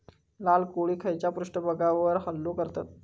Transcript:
लाल कोळी खैच्या पृष्ठभागावर हल्लो करतत?